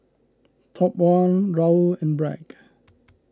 Top one Raoul and Bragg